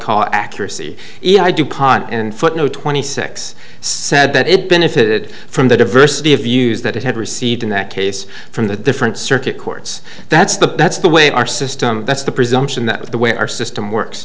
call accuracy e i dupont and footnote twenty six said that it benefited from the diversity of views that it had received in that case from the different circuit courts that's the that's the way our system that's the presumption that the way our system works